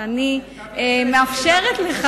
ואני מאפשרת לך,